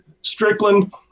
Strickland